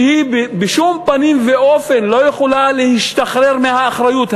שהיא לא יכולה להשתחרר מהאחריות,